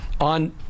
on